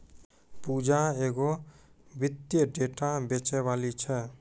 पूजा एगो वित्तीय डेटा बेचैबाली छै